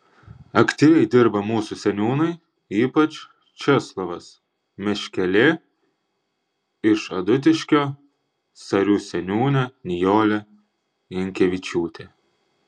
aktyviai dirba mūsų seniūnai ypač česlovas meškelė iš adutiškio sarių seniūnė nijolė jankevičiūtė